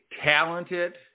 talented